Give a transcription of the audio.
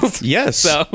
Yes